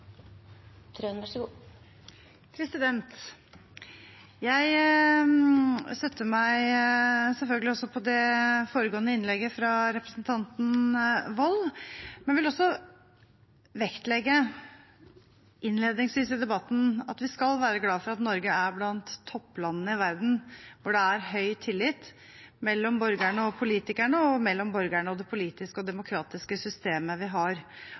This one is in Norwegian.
Jeg støtter meg selvfølgelig også til det foregående innlegget, fra representanten Wold, men vil innledningsvis i debatten også vektlegge at vi skal være glad for at Norge er på topp blant landene i verden hvor det er høy tillit mellom borgerne og politikerne og mellom borgerne og det politiske og demokratiske systemet vi har.